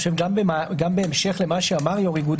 גם בהמשך למה שאמר יושב ראש איגוד